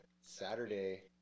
Saturday